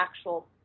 actual